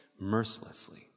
mercilessly